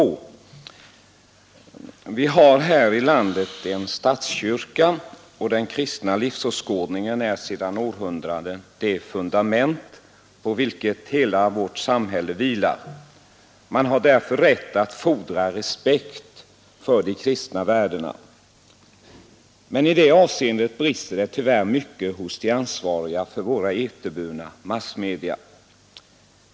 Fredagen den Vi har här i landet en statskyrka, och den kristna livsåskådningen är 30 mars 1973 sedan århundraden det fundament på vilket hela vårt samhälle vilar. Man har därför rätt att fordra respekt för de kristna värdena. Men i det avseendet brister det tyvärr mycket hos de ansvariga för våra eterburna massmedia.